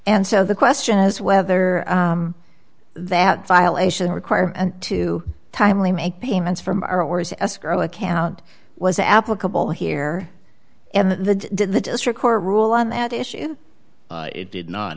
and so the question is whether that violation required to timely make payments from our orders escrow account was applicable here and the did the district court rule on that issue it did not